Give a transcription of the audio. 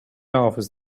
office